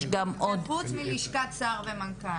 זה חוץ מלשכת שר ומנכ"ל.